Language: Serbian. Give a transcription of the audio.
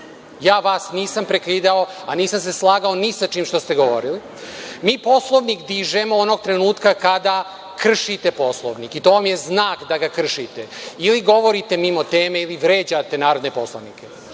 ja vas nisam prekidao a nisam se slagao ni sa čim što ste govorili. Mi Poslovnik dižemo onog trenutka kada kršite Poslovnik i to je znak da ga kršite, ili govorite mimo teme ili vređate narodne poslanike.